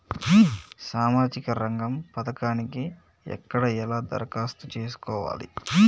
సామాజిక రంగం పథకానికి ఎక్కడ ఎలా దరఖాస్తు చేసుకోవాలి?